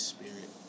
Spirit